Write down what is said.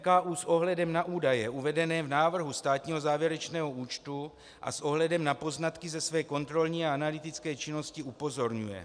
NKÚ s ohledem na údaje uvedené v návrhu státního závěrečného účtu a s ohledem na poznatky ze své kontrolní a analytické činnosti upozorňuje: